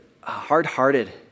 hard-hearted